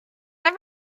have